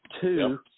Two